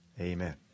Amen